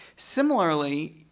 similarly,